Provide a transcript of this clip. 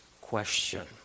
question